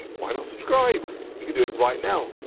why not subscribe? you can do it right now.